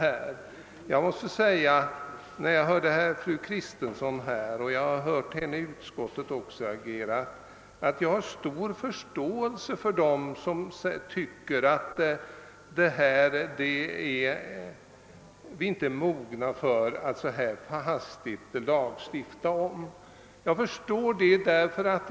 Sedan jag lyssnat på vad fru Kristensson har sagt i debatten — jag har även hört henne tala i utskottet — vill jag gärna framhålla att jag har stor förståelse för dem som tycker att vi inte är mogna för att så här hastigt lagstifta om dessa frågor.